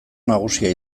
nagusia